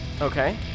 Okay